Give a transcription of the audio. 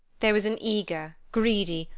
there was an eager, greedy,